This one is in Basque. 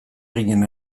ginen